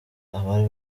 abari